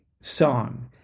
song